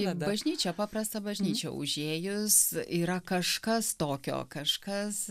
į bažnyčią paprastą bažnyčią užėjus yra kažkas tokio kažkas